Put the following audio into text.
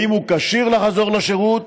אם הוא כשיר לחזור לשירות